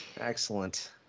excellent